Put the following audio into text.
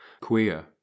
Queer